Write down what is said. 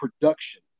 production